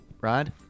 Rod